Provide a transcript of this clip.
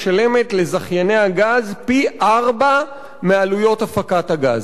משלמת לזכייני הגז פי-ארבעה מעלויות הפקת הגז,